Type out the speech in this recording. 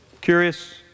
Curious